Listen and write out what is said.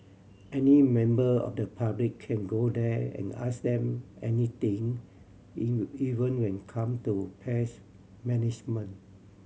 any member of the public can go there and ask them anything even when come to pest management